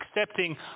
accepting